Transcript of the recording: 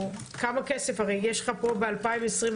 כמה כסף יש לכם ב-2022?